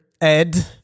ed